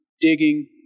digging